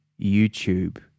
YouTube